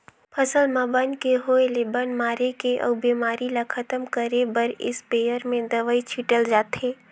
फसल म बन के होय ले बन मारे के अउ बेमारी ल खतम करे बर इस्पेयर में दवई छिटल जाथे